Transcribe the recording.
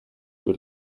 für